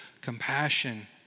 compassion